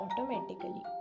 automatically